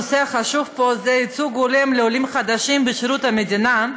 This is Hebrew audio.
הנושא החשוב פה הוא ייצוג הולם לעולים חדשים בשירות המדינה.